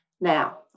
Now